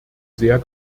sehr